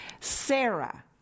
Sarah